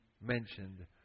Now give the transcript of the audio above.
mentioned